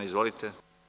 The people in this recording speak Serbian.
Izvolite.